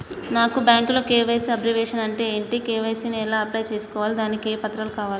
నాకు బ్యాంకులో KYC abbreviation అంటే ఏంటి కే.వై.సీ ని ఎలా అప్లై చేసుకోవాలి దానికి ఏ పత్రాలు కావాలి?